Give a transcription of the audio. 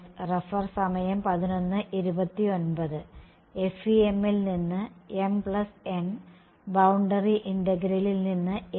FEM ൽ നിന്ന് mn boundary ഇന്റഗ്രലിൽ നിന്ന് n